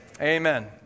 Amen